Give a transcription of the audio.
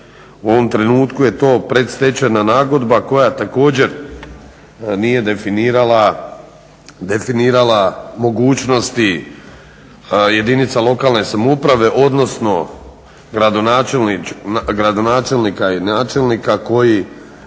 U ovom trenutku je to predstečajna nagodba koja također nije definirala mogućnosti jedinica lokalne samouprave odnosno gradonačelnika i načelnika koji